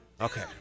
Okay